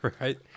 right